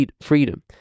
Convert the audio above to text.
freedom